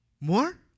more